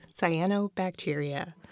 cyanobacteria